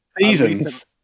seasons